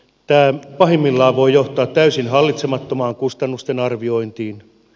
tämä pahimmillaan voi johtaa täysin hallitsemattomaan kustannusten arviointiin